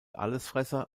allesfresser